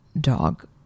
dog